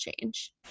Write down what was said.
change